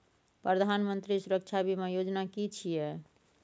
प्रधानमंत्री सुरक्षा बीमा योजना कि छिए?